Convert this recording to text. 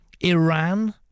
Iran